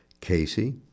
Casey